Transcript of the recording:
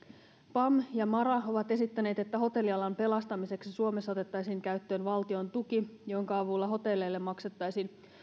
pam ja mara ovat esittäneet että hotellialan pelastamiseksi suomessa otettaisiin käyttöön valtiontuki jonka avulla hotelleille maksettaisiin